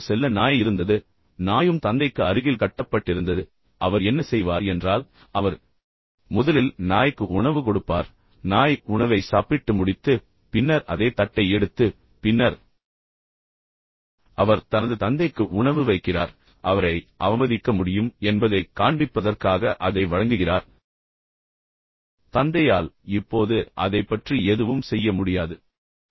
அவரிடம் ஒரு செல்ல நாய் இருந்தது நாயும் தந்தைக்கு அருகில் கட்டப்பட்டிருந்தது அவர் என்ன செய்வார் என்றால் அவர் முதலில் நாய்க்கு உணவு கொடுப்பார் நாய் உணவை சாப்பிட்டு முடித்து பின்னர் அதே தட்டை எடுத்து பின்னர் அவர் தனது தந்தைக்கு உணவு வைக்கிறார் அவரை அவமதிக்க முடியும் என்பதைக் காண்பிப்பதற்காக அதை வழங்குகிறார் பின்னர் தந்தையால் இப்போது அதைப் பற்றி எதுவும் செய்ய முடியாது